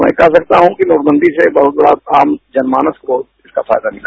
मैं कह सकता हूं कि नोटबंदी से बहुत बड़ा आम जनमानस को इसका फायदा मिला